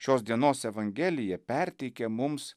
šios dienos evangelija perteikė mums